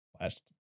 last